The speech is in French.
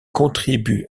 contribue